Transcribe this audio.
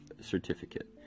certificate